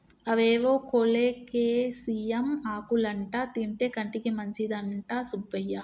అవేవో కోలేకేసియం ఆకులంటా తింటే కంటికి మంచిదంట సుబ్బయ్య